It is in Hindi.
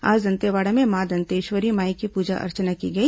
आज दंतेवाड़ा में मां दंतेश्वरी माई की पूजा अर्चना की गई